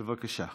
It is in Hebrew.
בבקשה.